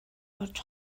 орж